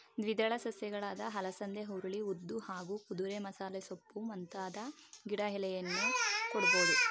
ದ್ವಿದಳ ಸಸ್ಯಗಳಾದ ಅಲಸಂದೆ ಹುರುಳಿ ಉದ್ದು ಹಾಗೂ ಕುದುರೆಮಸಾಲೆಸೊಪ್ಪು ಮುಂತಾದ ಗಿಡದ ಎಲೆಯನ್ನೂ ಕೊಡ್ಬೋದು